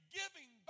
giving